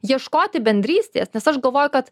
ieškoti bendrystės nes aš galvoju kad